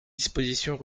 dispositions